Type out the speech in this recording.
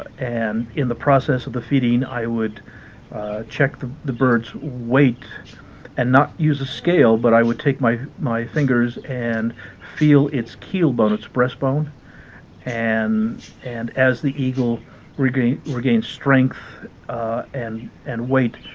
and in the process of the feeding i would check the the bird's weight and not use a scale but i would take my my fingers and feel its keel bone, its breast bone and and as the eagle regains regains strength and and weight,